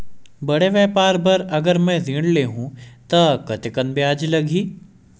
बड़े व्यापार बर अगर मैं ऋण ले हू त कतेकन ब्याज लगही?